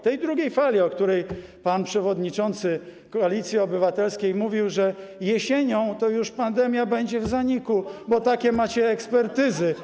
Tej drugiej fali, o której pan przewodniczący Koalicji Obywatelskiej mówił, że jesienią to już pandemia będzie w zaniku, bo takie macie ekspertyzy.